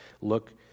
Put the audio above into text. Look